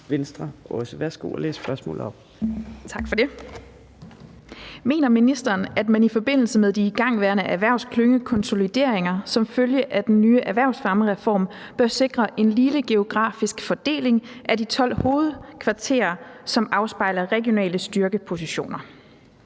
op. Kl. 15:28 Marie Bjerre (V): Tak for det. Mener ministeren, at man i forbindelse med de igangværende erhvervsklyngekonsolideringer som følge af den nye erhvervsfremmereform bør sikre en ligelig geografisk fordeling af de 12 hovedkvarterer, som afspejler regionale styrkepositioner?